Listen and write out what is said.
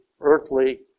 earthly